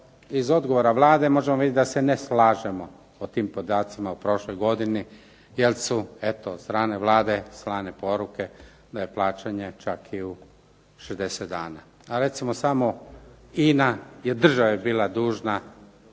iz odgovora Vlade vidimo da se ne slažemo po tim podacima u prošloj godini, jer su od strane Vlade slane poruke da je plaćanje čak i u 60 dana. A recimo samo INA je državi bila dužna